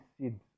seeds